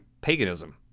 paganism